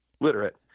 literate